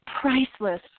priceless